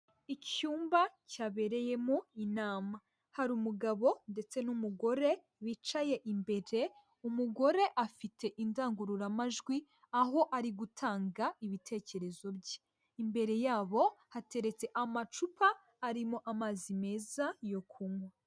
Icyumba cyabereyemo inama, hari umugabo ndetse n'umugore bicaye imbere umugore afite indangururamajwi aho ari gutanga ibitekerezo bye, imbere yabo hateretse amacupa arimo amazi meza yo kunywa.